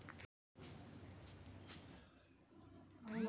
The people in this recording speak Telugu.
ఎన్.బి.ఎఫ్.సి డిపాజిట్లను అంగీకరించవచ్చా?